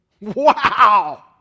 Wow